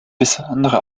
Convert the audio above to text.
besondere